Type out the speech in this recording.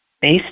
based